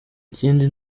ikindi